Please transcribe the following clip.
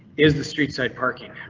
is the street side parking?